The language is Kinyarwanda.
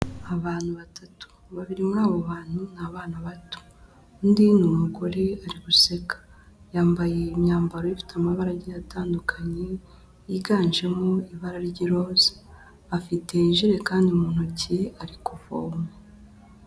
Abantu batatu, babiri muri abo bantu ni abana bato, undi ni umugore ari guseka, yambaye imyambaro ifite amabara agiye atandukanye yiganjemo ibara ry'iroza, afite ijerekani mu ntoki, ari kuvoma.